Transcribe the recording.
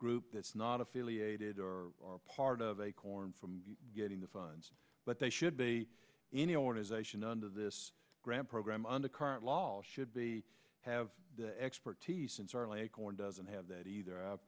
group that's not affiliated or part of acorn from getting the funds but they should be any organization under this grant program under current law should be have the expertise and certainly a court doesn't have that either i